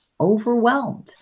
overwhelmed